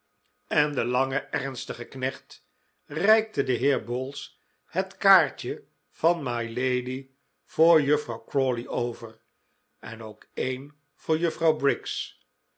en de lange ernstige knecht reikte den heer bowls het kaartje van mylady voor juffrouw crawley over en ook een voor juffrouw briggs